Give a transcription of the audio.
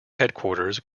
headquarters